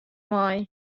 mei